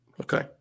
Okay